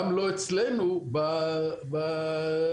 גם לא אצלנו בדיגיטל.